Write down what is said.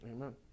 Amen